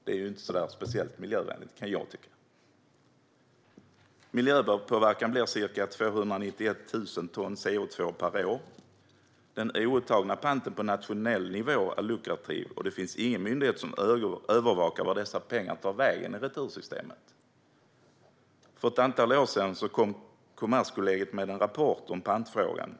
Det är inte speciellt miljövänligt, kan jag tycka. Miljöpåverkan blir ca 291 000 ton CO2 per år. Den outtagna panten på nationell nivå är lukrativ, och det finns ingen myndighet som övervakar vart dessa pengar tar vägen i retursystemet. För ett antal år sedan kom Kommerskollegium med en rapport om pantfrågan.